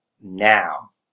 now